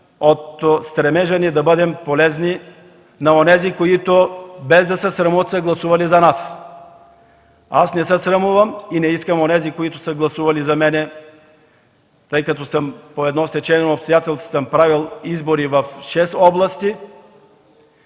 от стремежа си да бъдем полезни на онези, които без да се срамуват, са гласували за нас. Аз не се срамувам и не искам онези, които са гласували за мен, да се срамуват. По стечение на обстоятелствата съм правил избори в шест области